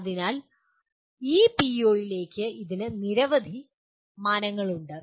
അതിനാൽ ഈ പിഒയിലേക്ക് ഇതിന് നിരവധി മാനങ്ങളുണ്ട്